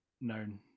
known